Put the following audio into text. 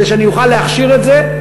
כדי שאני אוכל להכשיר את זה.